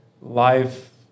Life